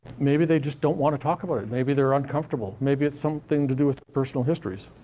maybe they just don't wanna talk about it. maybe they're uncomfortable. maybe it's something to do with personal histories.